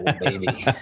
baby